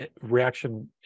reaction